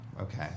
Okay